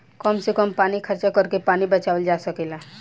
कम से कम पानी खर्चा करके पानी बचावल जा सकेला